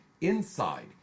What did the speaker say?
INSIDE